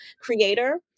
creator